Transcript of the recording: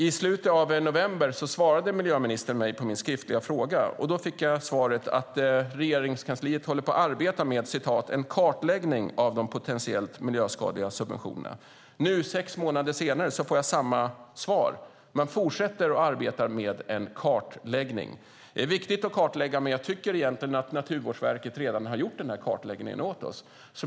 I slutet av november svarade miljöministern mig på min skriftliga fråga, och då fick jag svaret att Regeringskansliet arbetar med en kartläggning av de potentiellt miljöskadliga subventionerna. Nu, sex månader senare, får jag samma svar. Man fortsätter att arbeta med en kartläggning. Det är viktigt att kartlägga, men jag tycker att Naturvårdsverket egentligen redan har gjort den här kartläggningen åt oss.